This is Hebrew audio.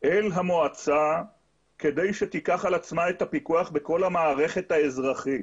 אל המועצה כדי שתיקח על עצמה את הפיקוח בכל המערכת האזרחית.